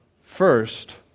first